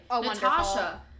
Natasha